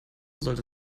sollte